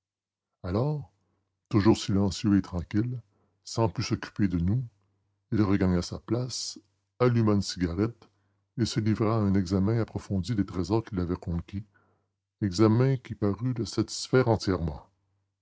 alors toujours silencieux et tranquille sans plus s'occuper de nous il regagna sa place alluma une cigarette et se livra à un examen approfondi des trésors qu'il avait conquis examen qui parut le satisfaire entièrement